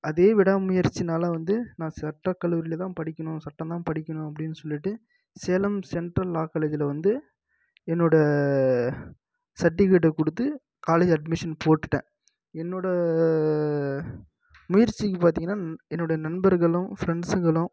அதே விடாமுயற்சினால் வந்து நான் சட்ட கல்லூரியில் தான் படிக்கணும் சட்டம்தான் படிக்கணும் அப்படின் சொல்லிட்டு சேலம் சென்ட்ரல் லா காலேஜில் வந்து என்னோட சட்டிவிகேட்டை கொடுத்து காலேஜ் அட்மிஷன் போட்டுவிட்டேன் என்னோட முயற்சிக்கு பார்த்திங்கனா என்னோட நண்பர்களும் ஃப்ரெண்ட்ஸுகளும்